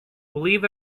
believe